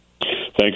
Thanks